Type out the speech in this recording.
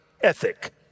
ethic